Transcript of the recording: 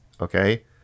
okay